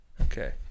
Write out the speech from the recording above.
Okay